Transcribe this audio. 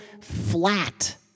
flat